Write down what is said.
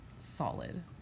solid